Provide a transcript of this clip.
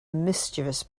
mischievous